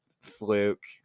fluke